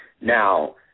Now